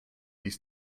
ließ